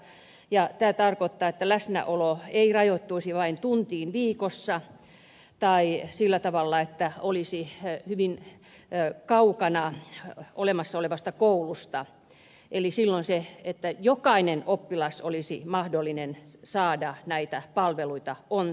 tämä tarkoittaa että heidän läsnäolonsa ei rajoittuisi vain tuntiin viikossa tai sillä tavalla että he olisivat hyvin kaukana olemassa olevasta koulusta eli se että jokaisen oppilaan olisi mahdollisuus saada näitä palveluita on tärkeää